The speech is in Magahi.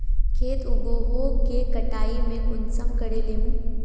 खेत उगोहो के कटाई में कुंसम करे लेमु?